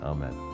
Amen